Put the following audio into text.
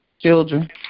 children